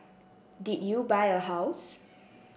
did you buy a house